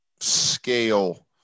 scale